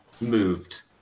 moved